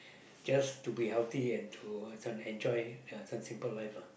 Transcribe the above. just to be healthy and to this one enjoy uh some simple life lah